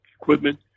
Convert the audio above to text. equipment